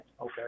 okay